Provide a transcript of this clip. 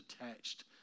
attached